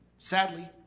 Sadly